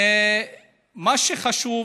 ומה שחשוב,